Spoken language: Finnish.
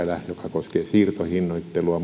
koskee siirtohinnoittelua